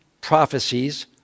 prophecies